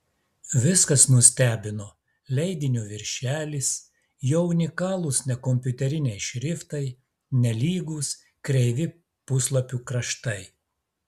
viskas nustebino leidinio viršelis jo unikalūs nekompiuteriniai šriftai nelygūs kreivi puslapių kraštai